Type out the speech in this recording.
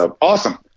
Awesome